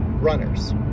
runners